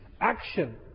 action